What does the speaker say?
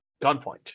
gunpoint